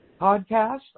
podcast